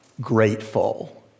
grateful